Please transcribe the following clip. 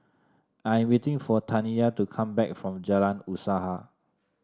I'm waiting for Taniyah to come back from Jalan Usaha